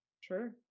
Sure